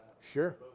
Sure